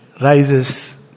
rises